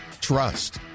trust